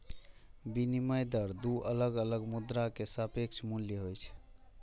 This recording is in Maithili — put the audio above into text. विनिमय दर दू अलग अलग मुद्रा के सापेक्ष मूल्य होइ छै